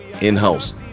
in-house